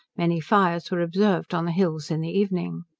many fires were observed on the hills in the evening.